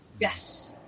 Yes